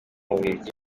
bubiligi